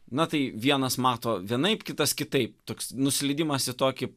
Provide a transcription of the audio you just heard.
na tai vienas mato vienaip kitas kitaip toks nuslydimas į tokį